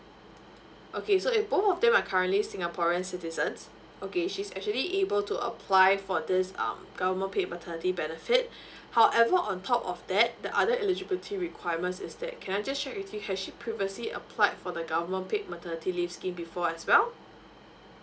okay so if both of them are currently singaporeans citizens okay she's actually able to apply for this um government paid maternity benefit however on top of that the other eligibility requirements is that can I just check with you has she previously applied for the government paid maternity leave scheme before as well